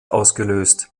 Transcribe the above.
ausgelöst